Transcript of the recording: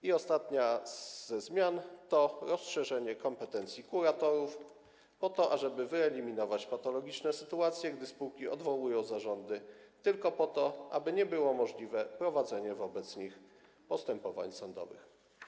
I ostatnia ze zmian to rozszerzenie kompetencji kuratorów po to, ażeby wyeliminować patologiczne sytuacje, gdy spółki odwołują zarządy tylko po to, aby nie było możliwe prowadzenie wobec nich postępowań sądowych.